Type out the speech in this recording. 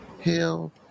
hell